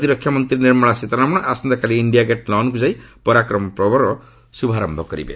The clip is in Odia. ପ୍ରତିରକ୍ଷା ମନ୍ତ୍ରୀ ନିର୍ମଳା ସୀତାରମଣ ଆସନ୍ତାକାଲି ଇଣ୍ଡିଆଗେଟ୍ ଲନ୍କୁ ଯାଇ ପରାମକ୍ରମ ପର୍ବର ଶ୍ରଭାରମ୍ଭ କରିବେ